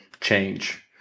change